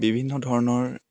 বিভিন্ন ধৰণৰ